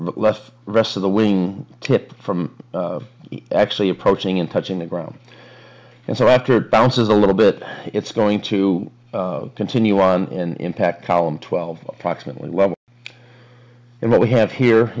less rest of the wing tip from actually approaching and touching the ground and so after bounces a little bit it's going to continue on intact column twelve proximately well and what we have here